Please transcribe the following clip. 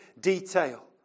detail